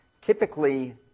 typically